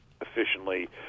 efficiently